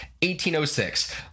1806